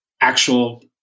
actual